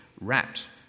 wrapped